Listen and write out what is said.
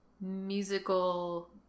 musical